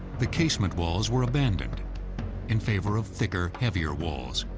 the casement walls were abandoned in favor of thicker, heavier walls.